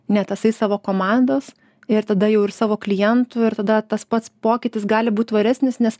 ne tasai savo komandos ir tada jau ir savo klientų ir tada tas pats pokytis gali būt tvaresnis nes